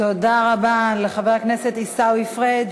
תודה רבה לחבר הכנסת עיסאווי פריג'.